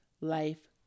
life